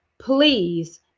please